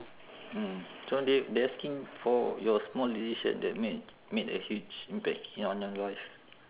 mm so they they asking for your small decision that made made a huge impact in on your life